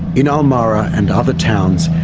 in ulmarra and other towns,